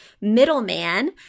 middleman